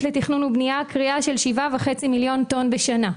לתכנון ובנייה כרייה של 7.5 מיליון טון בשנה.